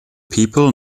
people